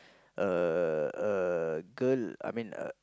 a a girl I mean a